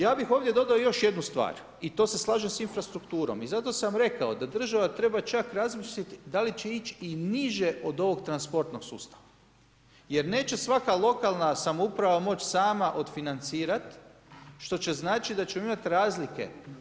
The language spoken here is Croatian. Ja bih ovdje dodao još jednu stvar i to se slažem sa infrastrukturom i zato sam rekao da država treba čak razmisliti da li će ići i niže od ovog transportnog sustava jer neće svaka lokalna samouprava moći sama odfinancirati što će značiti da ćemo imati razlike.